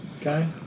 guy